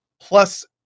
plus